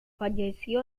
falleció